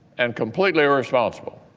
and completely irresponsible.